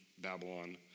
Babylon